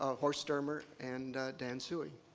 ah horst stormer and dan tsui.